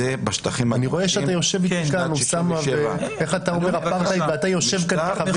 אני רואה שאתה יושב איתנו אוסמה איך אתה אומר אפרטהייד ואתה יושב איתנו?